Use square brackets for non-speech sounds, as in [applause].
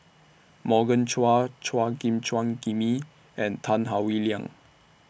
Morgan Chua Chua Gim [unintelligible] Jimmy and Tan Howe Liang